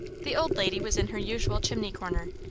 the old lady was in her usual chimney corner,